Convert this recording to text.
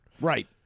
Right